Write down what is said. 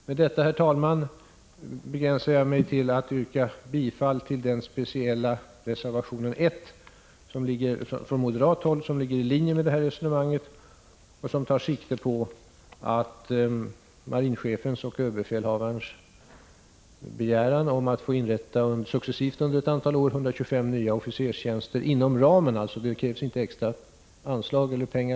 Reservation 1 från oss moderater ligger i linje med det resonemang som jag här har fört och som tar sikte på tillstyrkan av marinens och överbefälhavarens begäran om att successivt under ett antal år få inrätta 125 nya officerstjänster inom den nuvarande ramen. Det krävs alltså inte beslut om extra anslag.